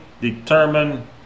determine